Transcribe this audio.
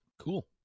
Cool